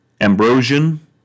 Ambrosian